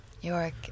York